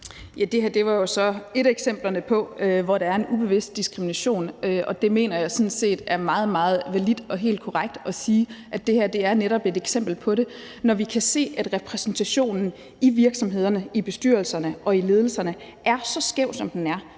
det her var jo så et af eksemplerne på steder, hvor der er en ubevidst diskrimination, og det mener jeg sådan set er meget, meget validt og helt korrekt at sige, altså at det her netop er et eksempel på det, når vi kan se, at repræsentationen i virksomhederne, i bestyrelserne og i ledelserne, er så skæv, som den er.